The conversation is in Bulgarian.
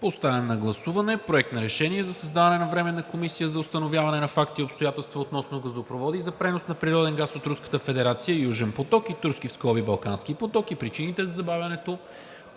Поставям на гласуване Проект на решение за създаване на Временна комисия за установяване на факти и обстоятелства относно газопроводи за пренос на природен газ от Руската федерация „Южен поток“ и „Турски (Балкански) поток“ и причините за забавянето